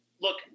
look